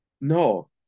No